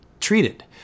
treated